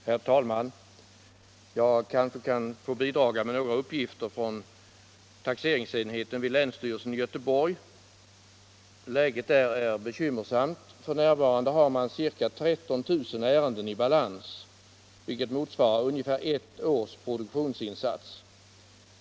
Herr talman! Jag kanske kan få bidra med några uppgifter från taxeringsenheten vid länsstyrelsen i Göteborg. Läget där är bekymmersamt. F.n. har man ca 13 000 ärenden i balans, vilket motsvarar ungefär ett års produktionsinsats.